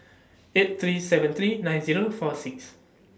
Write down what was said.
eight three seven three nine Zero four six